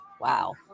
Wow